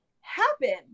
happen